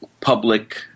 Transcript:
public